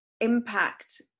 impact